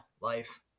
life